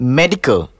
medical